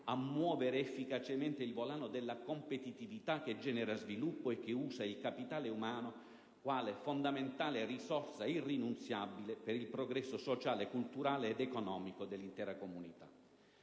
a muovere efficacemente il volano della competitività che genera sviluppo e che usa il capitale umano quale fondamentale risorsa irrinunciabile per il progresso sociale, culturale ed economico dell'intera comunità.